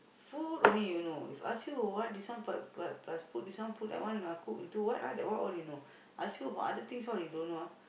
food only you know if ask you what this one plus plus plus put this one put that one cook into what ah then one all you know ask you about other things all you don't know ah